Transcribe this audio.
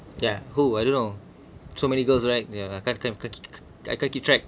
yeah who I don't know so many girls right ya I can't can't can't I can't keep track